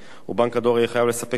ובנק הדואר יהיה חייב לספק שירותים